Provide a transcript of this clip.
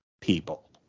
people